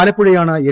ആലപ്പുഴയാണ് L